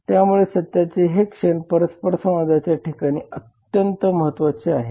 त्यामुळे सत्याचे हे क्षण परस्परसंवादाच्या ठिकाणी अत्यंत महत्वाचे आहेत